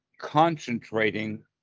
Concentrating